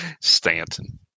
Stanton